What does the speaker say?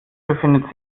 befindet